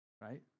right